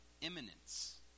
imminence